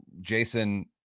Jason